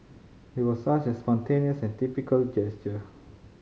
it was such a spontaneous and typical gesture